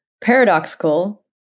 paradoxical